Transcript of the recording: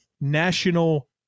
National